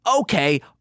Okay